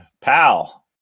Pal